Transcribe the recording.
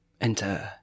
Enter